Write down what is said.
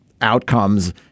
outcomes